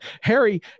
Harry